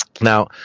Now